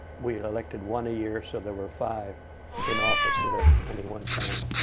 we elected one a year, so there were five in office at ah any one time.